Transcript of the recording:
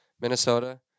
minnesota